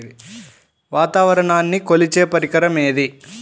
వాతావరణాన్ని కొలిచే పరికరం ఏది?